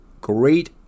great